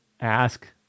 ask